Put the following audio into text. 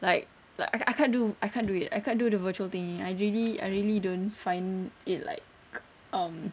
like like I can't can't do I can't do it I can't do the virtual thingy I really I really don't find it like um